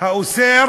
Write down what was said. האוסר